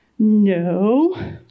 No